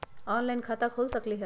Online खाता खोल सकलीह?